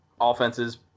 offenses